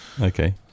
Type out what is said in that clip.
okay